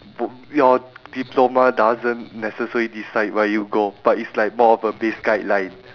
b~ your diploma doesn't necessary decide where you go but it's like more of a base guideline